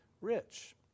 rich